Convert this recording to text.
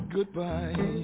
Goodbye